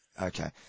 Okay